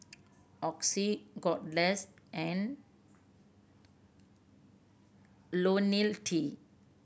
Oxy Kordel's and Ionil T